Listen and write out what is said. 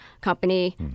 company